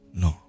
no